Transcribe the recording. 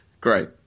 Great